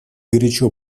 горячо